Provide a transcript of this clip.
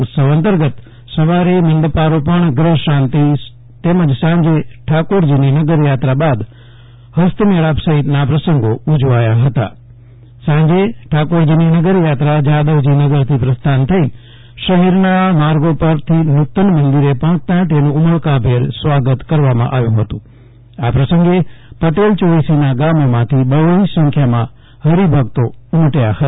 ઉત્સવ અંતર્ગત સવારે મંડપારોપણ ગ્રહશાંતિ તેમજ સાંજે ઠાકોરજીની નગરયાત્રા બાદ ફસ્તમેળાપ સહિતના પ્રસંગો ઊજવાયા હતા સાંજે ઠાકોરજીની નગરથાત્રા જાદવજી નગરથી પ્રસ્થાન થઇ શહેરના માર્ગો પરથી નૂ તન મંદિરે પહોંચતાં તેનું ઉમળશ્ચેર સ્વાગત કરવામાં આવ્યું હતું આ પ્રસંગે પટેલ ચોવીસીના ગામોમાંથી બહોળી સંખ્યામાં હરિભક્તો ઉમટયા હતા